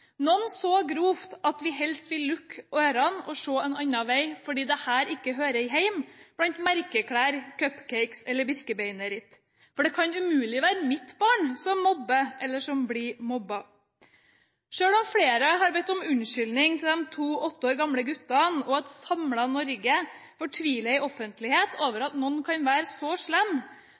noen så grovt at vi helst vil lukke ørene og se en annen vei, fordi dette ikke hører hjemme blant merkeklær, cupcakes og Birkebeinerritt. For det kan umulig være mitt barn som mobber eller som blir mobbet. Selv om flere har bedt om unnskyldning til de to åtte år gamle guttene, og et samlet Norge fortviler i offentlighet over at noen kan være så slemme,